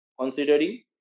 considering